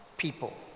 People